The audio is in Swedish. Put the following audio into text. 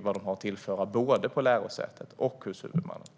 vad de har att tillföra både på lärosätet och hos huvudmannen.